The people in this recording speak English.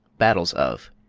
battles of